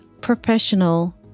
professional